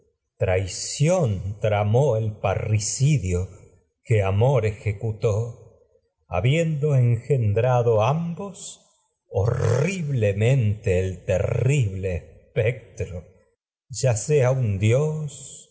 traición tramó el parricidio que amor ejecutó habiendo terrible engendrado ya ambos horriblemente el espectro sea un dios